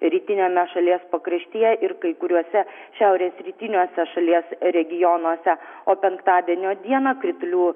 rytiniame šalies pakraštyje ir kai kuriuose šiaurės rytiniuose šalies regionuose o penktadienio dieną kritulių